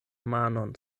manon